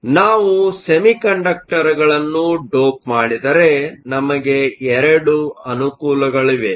ಆದ್ದರಿಂದ ನಾವು ಸೆಮಿಕಂಡಕ್ಟರ್ಗಳನ್ನು ಡೋಪ್ ಮಾಡಿದರೆ ನಮಗೆ 2 ಅನುಕೂಲಗಳಿವೆ